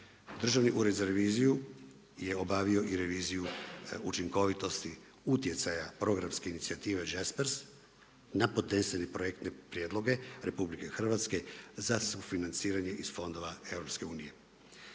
Državni ured za reviziju je obavio i reviziju učinkovitosti programske inicijative Jaspers na podnesene projektne prijedloge Republike Hrvatske za sufinanciranje iz fondova EU.